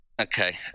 Okay